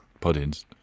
puddings